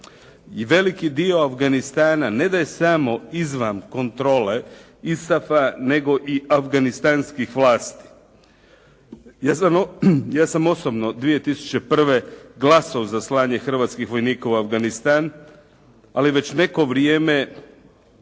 veliki dio Afganistana ne da je samo izvan kontrole ISAF-a nego i afganistanskih vlasti. Ja sam osobno 2001. glasao za slanje Hrvatskih vojnika u Afganistan, ali već neko vrijeme